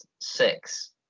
six